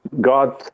God